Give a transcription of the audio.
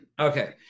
Okay